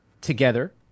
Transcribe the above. together